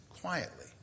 quietly